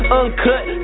uncut